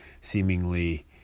seemingly